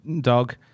dog